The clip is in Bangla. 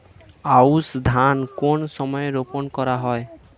আউশ ধান কোন সময়ে রোপন করা হয়?